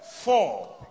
four